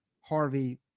Harvey